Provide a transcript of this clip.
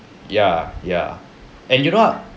ya ya and you know what